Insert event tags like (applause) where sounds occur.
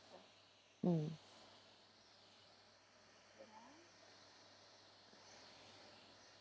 (noise) mm